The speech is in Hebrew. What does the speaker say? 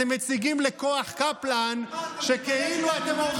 אתם מציגים לכוח קפלן שכאילו אתם עובדים בשבילם,